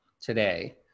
today